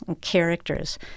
characters